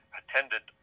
attended